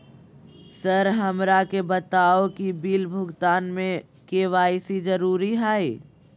Sir हमरा के बताओ कि बिल भुगतान में के.वाई.सी जरूरी हाई?